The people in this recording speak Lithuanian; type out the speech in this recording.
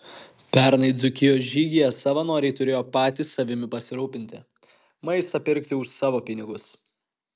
pernai dzūkijos žygyje savanoriai turėjo patys savimi pasirūpinti maistą pirkti už savo pinigus